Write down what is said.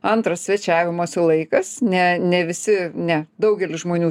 antrą svečiavimosi laikas ne ne visi ne daugelis žmonių